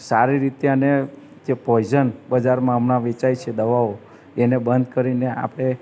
સારી રીતે અને જે પોઇઝન બજારમાં હમણાં વેચાય છે દવાઓ એને બંધ કરીને આપણે